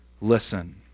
listen